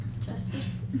justice